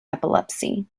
epilepsy